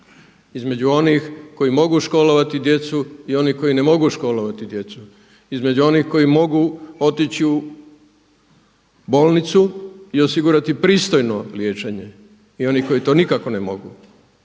između onih koji mogu školovati djecu i onih koji ne mogu školovati djecu, između onih koji mogu otići u bolnicu i osigurati pristojno liječenje i onih koji to nikako ne mogu